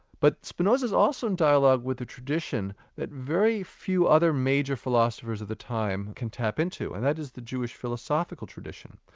but spinoza's also in dialogue with the tradition that very few other major philosophers of the time can tap into, and that is the jewish philosophical tradition.